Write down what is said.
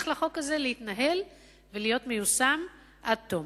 לחוק הזה להתנהל ולהיות מיושם עד תום.